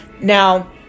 Now